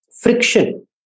friction